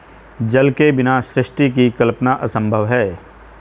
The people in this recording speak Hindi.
जल के बिना सृष्टि की कल्पना असम्भव ही है